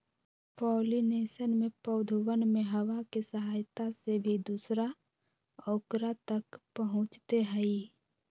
pollination में पौधवन में हवा के सहायता से भी दूसरा औकरा तक पहुंचते हई